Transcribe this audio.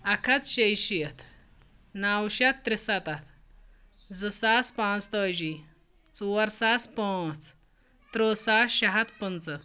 اَکھ ہَتھ شیٚیہِ شیٖتھ نَو شیٚتھ ترٛسَتَتھ زٕساس پانٛژتٲجی ژورساس پانٛژھ تٕرٛہ ساس شیےٚ ہَتھ پٕنٛژٕ